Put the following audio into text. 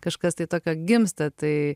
kažkas tai tokio gimsta tai